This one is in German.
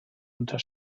unter